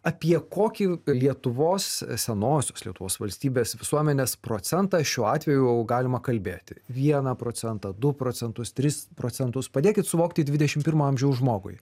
apie kokį lietuvos senosios lietuvos valstybės visuomenės procentą šiuo atveju galima kalbėti vieną procentą du procentus tris procentus padėkit suvokti dvidešim pirmo amžiaus žmogui